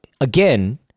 again